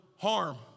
harm